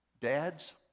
Dads